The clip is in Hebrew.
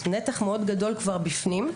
נתח מאוד גדול כבר בפנים.